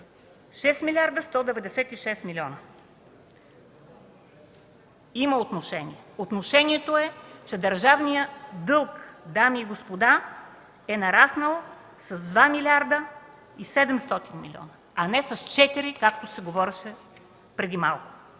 МЕНДА СТОЯНОВА: Има отношение. Отношението е, че държавният дълг, дами и господа, е нараснал с 2 млрд. 700 милиона, а не с 4, както се говореше преди малко.